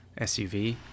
SUV